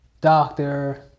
Doctor